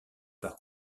par